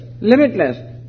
limitless